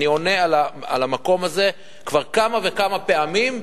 אני עונה על המקום הזה כבר כמה וכמה פעמים,